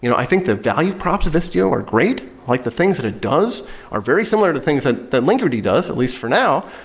you know i think the value props of istio are great, like the things that it does are very similar to things that that linkerd does, at least for now.